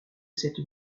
cette